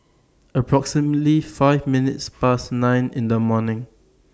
approximately five minutes Past nine in The morning